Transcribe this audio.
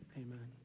amen